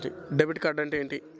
Debit card అంటే ఏమిటి?